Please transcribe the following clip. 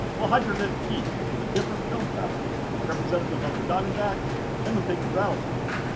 we'll hydro dip each with a different film pattern representative of the diamondback and the pygmy rattlesnakes.